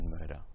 murder